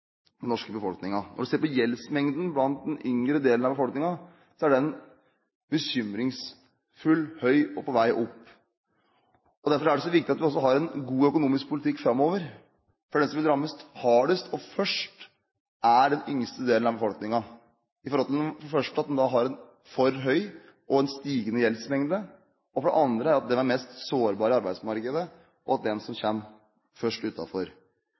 norske befolkningen. Når du ser på gjeldsmengden blant den yngre delen av befolkningen, er den bekymringsfullt høy og på vei opp. Derfor er det så viktig at vi har en god økonomisk politikk framover, for de som vil rammes hardest og først, er den yngste delen av befolkningen, for det første fordi de har en for høy og stigende gjeldsmengde, og for det andre fordi de er de mest sårbare på arbeidsmarkedet, slik at det er de som først